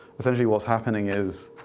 essentially what's happening is,